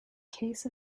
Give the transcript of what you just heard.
case